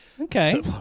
Okay